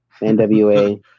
NWA